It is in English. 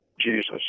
Jesus